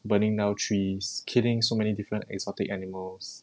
burning down trees killing so many different exotic animals